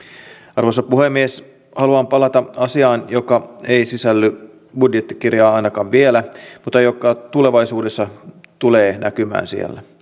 arvoisa puhemies haluan palata asiaan joka ei sisälly budjettikirjaan ainakaan vielä mutta joka tulevaisuudessa tulee näkymään siellä